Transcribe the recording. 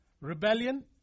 rebellion